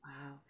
Wow